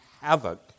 havoc